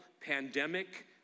pandemic